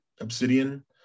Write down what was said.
Obsidian